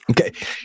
okay